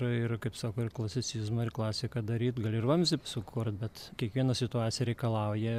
ir kaip sako ir klasicizmą ir klasiką daryt gali ir vamzdį sukurt bet kiekviena situacija reikalauja